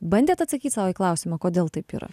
bandėt atsakyt sau į klausimą kodėl taip yra